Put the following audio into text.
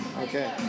Okay